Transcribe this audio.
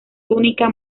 túnica